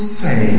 say